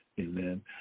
Amen